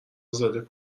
ازاده